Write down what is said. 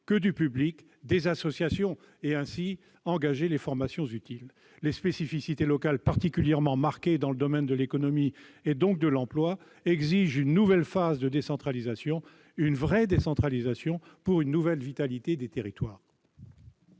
ou du public que des associations, et ainsi engager les formations utiles. Les spécificités locales, particulièrement marquées dans le domaine de l'économie, donc de l'emploi, exigent une nouvelle phase de décentralisation, une véritable décentralisation pour une nouvelle vitalité des territoires.